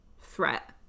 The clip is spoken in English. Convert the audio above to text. threat